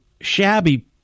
shabby